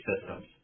systems